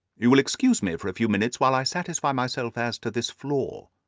you will excuse me for a few minutes while i satisfy myself as to this floor.